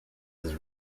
his